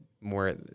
more